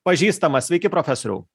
pažįstamas sveiki profesoriau